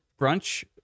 brunch